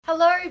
Hello